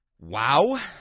wow